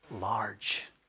large